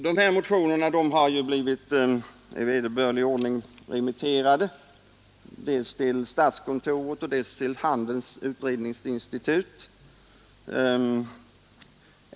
De här motionerna har ju blivit i vederbörlig ordning remitterade dels till statskontoret, dels till Handelns utredningsinstitut.